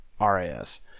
RAS